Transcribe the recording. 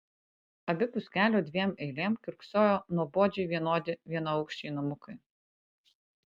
abipus kelio dviem eilėm kiurksojo nuobodžiai vienodi vienaaukščiai namukai